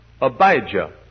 Abijah